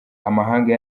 amahanga